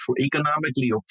economically